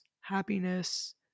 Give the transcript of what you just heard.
happiness